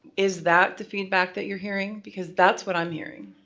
is that the feedback that you're hearing? because that's what i'm hearing.